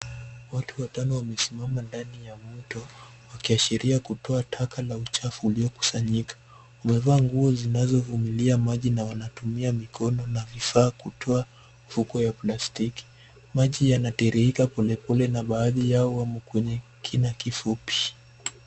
Watu watano wamesimama ndani ya mto wakiashiria kutoa taka la uchafu uliokusanyika. Wamevaa nguo zinazovumilia maji na wanatumia mikono na vifaa kutoa mifuko ya plastiki. Maji yanatiririka polepole na baadhi yao wamo kwenye kina kifupi.